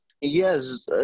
yes